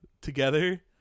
together